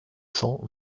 cents